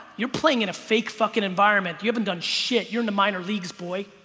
you're playing in a fake fucking environment. you haven't done shit. you're in the minor leagues boy